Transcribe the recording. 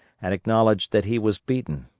and acknowledge that he was beaten.